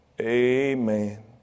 Amen